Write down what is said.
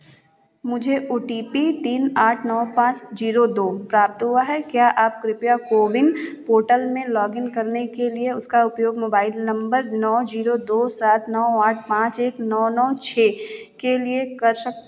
मुझे O T P तीन आठ नौ पाँच जीरो दो प्राप्त हुआ है क्या आप कृपया कोविन पोर्टल में लॉगिन करने के लिए उसका उपयोग मोबाइल नंबर नौ जीरो दो सात नौ आठ पाँच एक नौ नौ छः के लिए कर सक